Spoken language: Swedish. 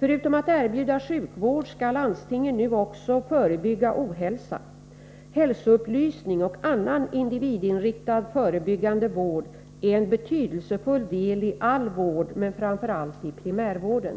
Förutom att erbjuda sjukvård skall landstingen nu också förebygga ohälsa. Hälsoupplysning och annan individinriktad förebyggande vård är en betydelsefull del i all vård men framför allt i primärvården.